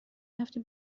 رفتی